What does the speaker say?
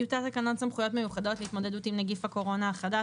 "טיוטת תקנות סמכויות מיוחדות להתמודדות עם נגיף הקורונה החדש